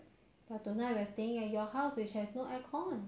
I couldn't sleep at all I think I stayed up until